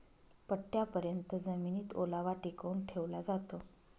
पट्टयापर्यत जमिनीत ओलावा टिकवून ठेवला जातो